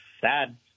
sad